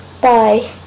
Bye